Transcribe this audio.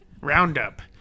Roundup